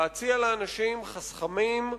להציע לאנשים חסכמים,